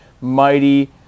mighty